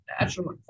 natural